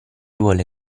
vuole